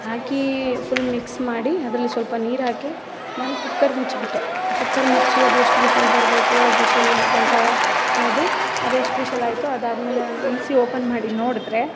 ಹಾಕಿ full mix ಮಾಡಿ ಅದ್ರಲ್ಲಿ ಸ್ವಲ್ಪ ನೀರು ಹಾಕಿ ನಾನು ಕುಕ್ಕರ್ ಮುಚ್ಬಿಟ್ಟೆ ಕುಕ್ಕರ್ ಮುಚ್ಚಿ ಅದು ಎಷ್ಟು ವಿಶಲ್ ಬರಬೇಕೋ ಅದು ವಿಶಲ್ ಗಂಟ ಕಾದು ಅದು ಎಷ್ಟು ವಿಶಲ್ ಆಯಿತು ಅದಾದ ಮೇಲೆ ನಾನು ಇಳಿಸಿ ಓಪನ್ ಮಾಡಿ ನೋಡಿದ್ರೆ